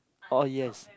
oh yes